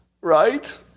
Right